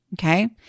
Okay